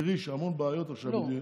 את תראי שהמון בעיות עכשיו, לא,